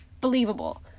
believable